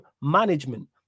management